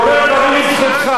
אתה לא רוצה את זה גם כן?